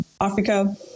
Africa